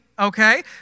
Okay